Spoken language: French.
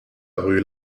rue